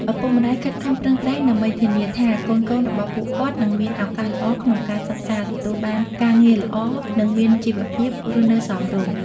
ឪពុកម្ដាយខិតខំប្រឹងប្រែងដើម្បីធានាថាកូនៗរបស់ពួកគាត់នឹងមានឱកាសល្អក្នុងការសិក្សា ទទួលបានការងារល្អ និងមានជីវភាពរស់នៅសមរម្យ។